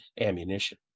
ammunition